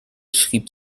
schrieb